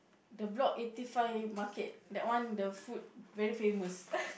the block eighty five market that one the food very famous